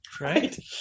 Right